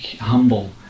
humble